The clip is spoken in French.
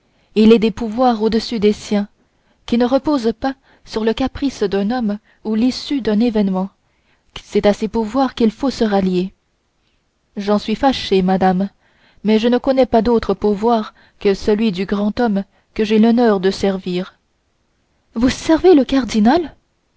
il est des pouvoirs au-dessus du sien qui ne reposent pas sur le caprice d'un homme ou l'issue d'un événement c'est à ces pouvoirs qu'il faut se rallier j'en suis fâché madame mais je ne connais pas d'autre pouvoir que celui du grand homme que j'ai l'honneur de servir vous servez le cardinal